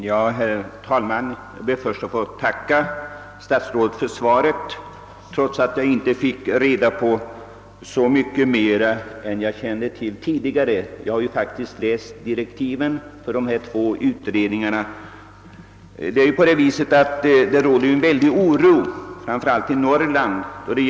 Herr talman! Jag ber först att få tacka statsrådet för svaret, även om jag inte av det fick reda på så mycket mer än jag kände till tidigare. Jag har faktiskt läst direktiven till de två omnämnda utredningarna. Ute i landet, framför allt i Norrland, råder stor oro för skogsbrukets lönsamhet.